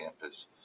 campus